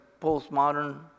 postmodern